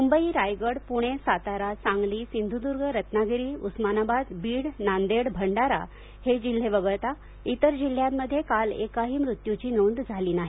मुंबई रायगड पुणे सातारा सांगली सिंधुदुर्ग रत्नागिरी उस्मानाबाद बीड नांदेड भंडारा हे जिल्हे वगळता इतर जिल्ह्यांमध्ये काल एकाही मृत्यूची नोंद झाली नाही